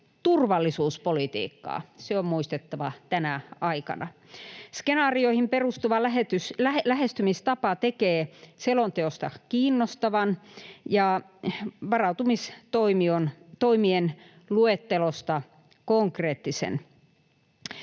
turvallisuuspolitiikkaa, se on muistettava tänä aikana. Skenaarioihin perustuva lähestymistapa tekee selonteosta kiinnostavan ja varautumistoimien luettelosta konkreettisen.